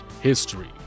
history